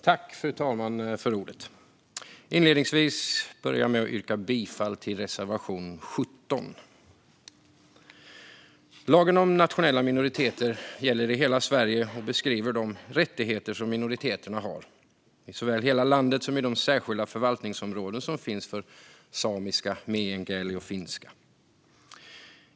Fru talman! Inledningsvis yrkar jag bifall till reservation 17. Lagen om nationella minoriteter gäller i hela Sverige och beskriver de rättigheter som minoriteterna har såväl i hela landet som i de särskilda förvaltningsområden som finns för samiska, meänkieli och finska.